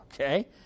Okay